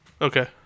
Okay